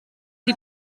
sie